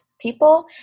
people